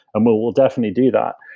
um we'll we'll definitely do that,